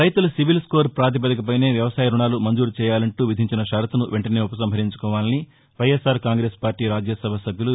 రైతుల CIBIL score పాతిపదికపైనే వ్యవసాయ రుణాలు మంజూరు చేయాలంటూ విధించిన షరతును వెంటనే ఉపసంహరించుకోవాలని వైఎస్సార్ కాంగ్రెస్ పార్లీ రాజ్యసభ సభ్యులు వి